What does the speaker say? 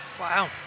Wow